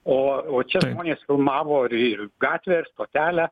o o čia žmonės filmavo ir į gatvę ir stotelę